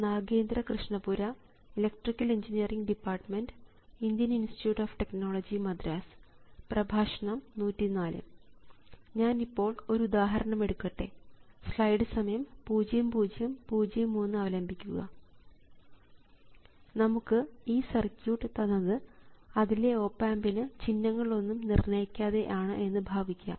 നമുക്ക് ഈ സർക്യൂട്ട് തന്നത് അതിലെ ഓപ് ആമ്പിന് ചിഹ്നങ്ങൾ ഒന്നും നിർണ്ണയിക്കാതെ ആണ് എന്ന് ഭാവിക്കാം